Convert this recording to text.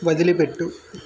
వదిలిపెట్టు